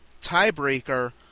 tiebreaker